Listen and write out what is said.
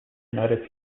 united